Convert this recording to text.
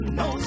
no